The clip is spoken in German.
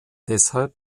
deshalb